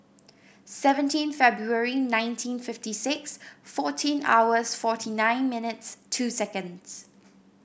seventeen February nineteen fifty six fourteen hours forty nine minutes two seconds